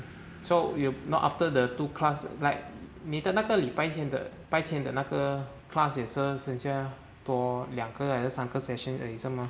so you now after the two class like 你的那个礼拜天的白天的那个 class 也是好像多两个还是三个 session 而已是吗